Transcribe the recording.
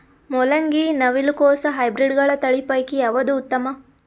ಮೊಲಂಗಿ, ನವಿಲು ಕೊಸ ಹೈಬ್ರಿಡ್ಗಳ ತಳಿ ಪೈಕಿ ಯಾವದು ಉತ್ತಮ?